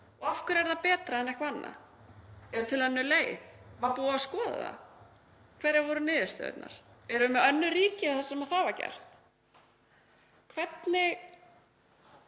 Af hverju er það betra en eitthvað annað? Er til önnur leið? Var búið að skoða það? Hverjar voru niðurstöðurnar? Erum við með önnur ríki þar sem það var gert? Ef